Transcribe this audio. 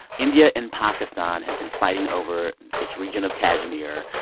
india and pakistan have been fighting over this region of kashmir.